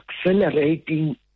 accelerating